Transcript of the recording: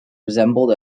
resembled